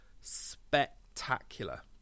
spectacular